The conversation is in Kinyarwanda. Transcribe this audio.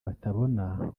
batabona